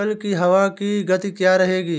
कल की हवा की गति क्या रहेगी?